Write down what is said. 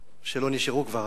שלא נשארו כבר,